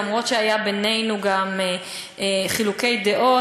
אף-על-פי שהיו בינינו גם חילוקי דעות,